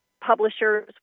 publishers